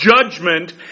judgment